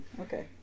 okay